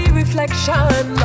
reflection